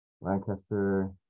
Lancaster